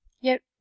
Yet